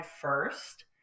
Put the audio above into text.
first